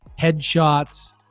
Headshots